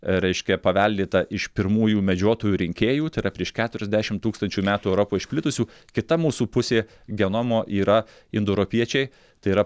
reiškia paveldėta iš pirmųjų medžiotojų rinkėjų tai yra prieš keturiasdešimt tūkstančių metų europoje išplitusių kita mūsų pusė genomo yra indoeuropiečiai tai yra